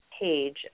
page